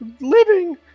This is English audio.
Living